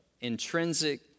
Intrinsic